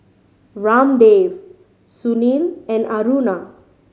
Ramdev Sunil and Aruna